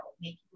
make